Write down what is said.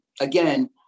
again